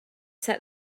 set